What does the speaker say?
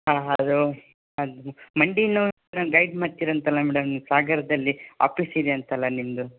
ಹಾಂ ಹಲೋ ಅದು ಮಂಡಿ ನೋವು ಗೈಡ್ ಮಾಡ್ತೀರಂತಲ್ಲ ಮೇಡಮ್ ನೀವು ಸಾಗರ್ದಲ್ಲಿ ಆಪೀಸ್ ಇದೆ ಅಂತಲ್ಲ ನಿಮ್ಮದು